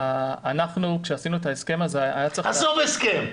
עזוב הסכם.